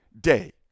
day